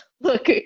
Look